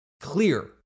Clear